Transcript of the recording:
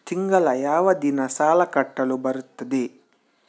ತಿಂಗಳ ಯಾವ ದಿನ ಸಾಲ ಕಟ್ಟಲು ಬರುತ್ತದೆ?